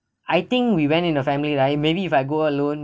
I think we went in the family right maybe if I go alone